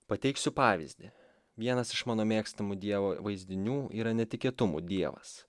pateiksiu pavyzdį vienas iš mano mėgstamų dievo vaizdinių yra netikėtumų dievas